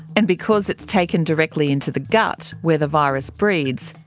and because it's taken directly into the gut where the virus breeds,